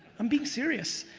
i'm being serious,